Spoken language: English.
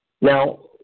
Now